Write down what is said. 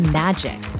magic